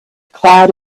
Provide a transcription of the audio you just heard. cloud